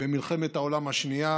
במלחמת העולם השנייה,